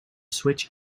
switch